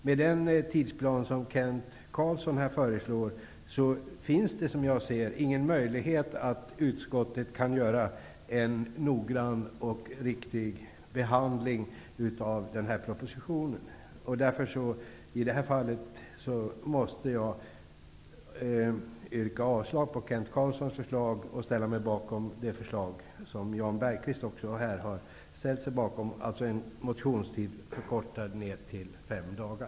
Med den tidsplan som Kent Carlsson föreslår finns det, som jag ser det, ingen möjlighet att utskottet kan göra en noggrann och riktig behandling av den här propositionen. Därför måste jag i det här fallet yrka avslag på Kent Carlssons förslag och ställa mig bakom det förslag som även Jan Bergqvist har ställt sig bakom, en motionstid förkortad till fem dagar.